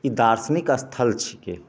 ई दार्शनिक स्थल छिकै